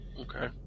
Okay